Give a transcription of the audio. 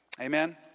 Amen